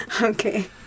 Okay